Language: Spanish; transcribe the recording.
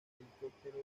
helicóptero